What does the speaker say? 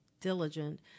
diligent